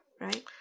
right